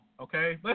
okay